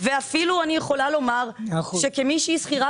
ואפילו אני יכולה לומר שכמי שהיא שכירה